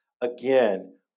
Again